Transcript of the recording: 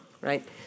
right